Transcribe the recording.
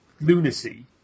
lunacy